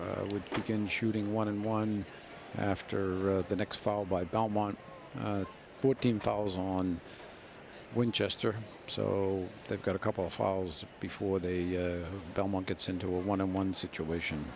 begin shooting one and one after the next fall by belmont fourteen thousand on winchester so they've got a couple of hours before they belmont gets into a one on one situation